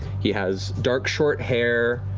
he has dark, short hair,